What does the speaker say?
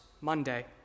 Monday